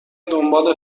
دنبال